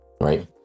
right